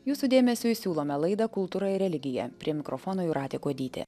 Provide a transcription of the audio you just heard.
jūsų dėmesiui siūlome laidą kultūra ir religija prie mikrofono jūratė kuodytė